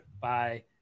Bye